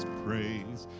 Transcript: praise